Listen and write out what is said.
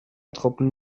truppen